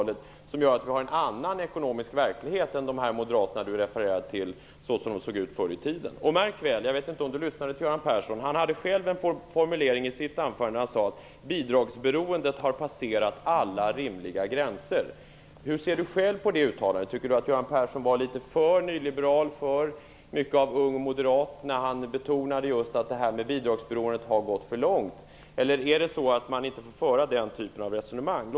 Detta har gjort att vi nu har en annan ekonomisk verklighet än vad de moderater som Thomas Östros refererade till hade förr i tiden. Jag vet inte om Thomas Östros lyssnade till Göran Persson. I sitt anförande sade han att bidragsberoendet har passerat alla rimliga gränser. Hur ser Thomas Östros på det uttalandet? Var Göran Persson litet för nyliberal, som en ung moderat, när han betonade att bidragsberoendet har gått för långt? Eller får man inte föra den typen av resonemang?